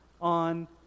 on